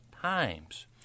times